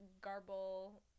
garble